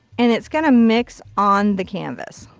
and it's going to mix on the canvas.